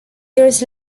years